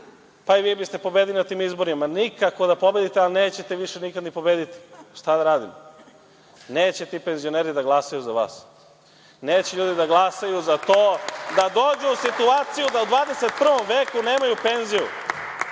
pa i vi biste pobedili na tim izborima. Nikako da pobedite, ali nećete više nikada ni pobediti. Šta da radimo? Neće ti penzioneri da glasaju za vas. Neće ljudi da glasaju za to da dođu u situaciju da u 21. veku nemaju penziju.